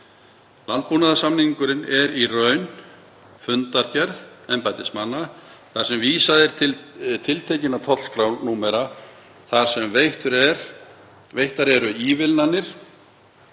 Landbúnaðarsamningurinn er í raun fundargerð embættismanna þar sem vísað er til tiltekinna tollskrárnúmera þar sem veittar eru ívilnanir